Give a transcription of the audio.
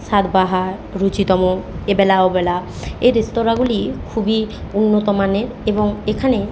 সাতবাহার রুচিতম এবেলা ওবেলা এই রেস্তরাঁগুলি খুবই উন্নত মানের এবং এখানে